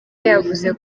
yavuze